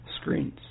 Screens